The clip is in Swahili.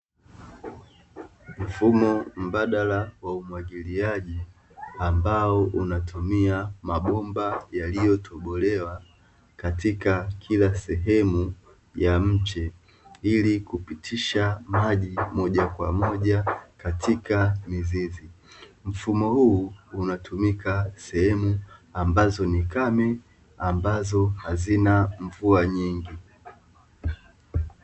Mfumo mbadala wa umwagiliaji, ambao unatumia mabomba yaliyotobolewa katika kila sehemu ya mche, ili kupitisha maji moja kwa moja katika mizizi. Mfumo huu unatumika sehemu ambazo ni kame ambazo hazina mvua nyingi.